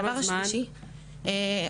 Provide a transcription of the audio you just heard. כמה זמן את חיכית?